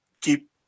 keep